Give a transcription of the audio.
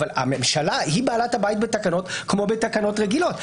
אבל הממשלה היא בעלת הבית בתקנות כמו בתקנות רגילות.